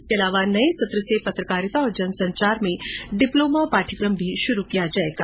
इसके अलावा नये सत्र से पत्रकारिता और जनसंचार में डिप्लोमा पाठ्यक्रम भी शुरु किया जायेगा